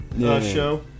show